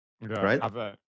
right